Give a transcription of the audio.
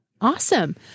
awesome